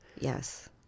Yes